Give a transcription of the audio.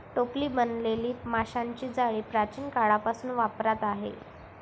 टोपली बनवलेली माशांची जाळी प्राचीन काळापासून वापरात आहे